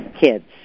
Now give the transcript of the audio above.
kids